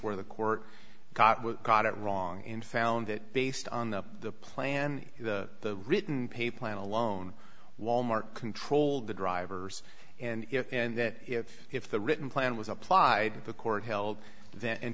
where the court got with got it wrong and found that based on the plan the written pay plan alone wal mart controlled the drivers and and that if if the written plan was applied the court held them and